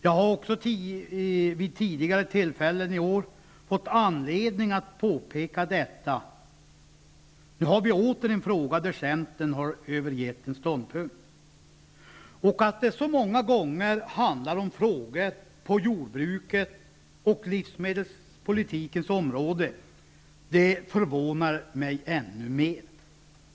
Jag har vid tidigare tillfällen i år fått anledning att påpeka detta, och nu har vi åter en fråga där centern har övergett en ståndpunkt. Att det så många gånger handlar om frågor på jordbrukets och livsmedelspolitikens område förvånar mig ännu mer.